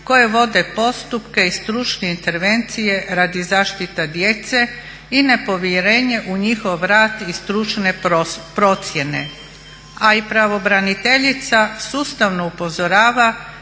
koje vode postupke i stručne intervencije radi zaštita djece i nepovjerenje u njihov rad i stručne procjene, a i pravobraniteljica sustavno upozorava